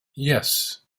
yes